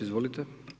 Izvolite.